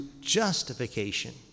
justification